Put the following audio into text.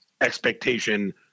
expectation